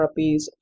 therapies